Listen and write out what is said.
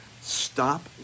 stop